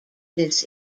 this